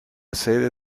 sede